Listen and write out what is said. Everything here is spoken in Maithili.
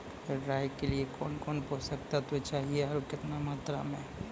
राई के लिए कौन कौन पोसक तत्व चाहिए आरु केतना मात्रा मे?